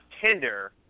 Tinder